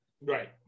Right